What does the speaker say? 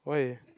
why